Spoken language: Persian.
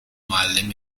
معلم